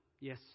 Yes